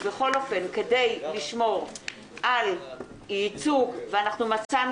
ובכל אופן כדי לשמור על ייצוג מצאנו